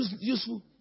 useful